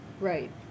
right